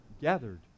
gathered